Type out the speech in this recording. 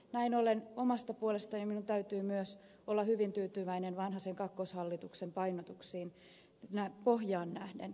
näin ollen omasta puolestani minun täytyy myös olla hyvin tyytyväinen vanhasen kakkoshallituksen painotuksiin pohjaan nähden